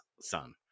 son